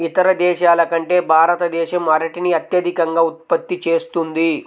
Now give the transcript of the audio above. ఇతర దేశాల కంటే భారతదేశం అరటిని అత్యధికంగా ఉత్పత్తి చేస్తుంది